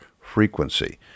frequency